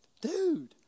dude